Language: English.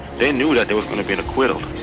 they knew that there was gonna be an acquittal.